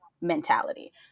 mentality